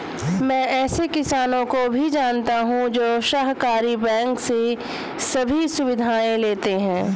मैं ऐसे किसानो को भी जानता हूँ जो सहकारी बैंक से सभी सुविधाएं लेते है